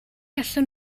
allwn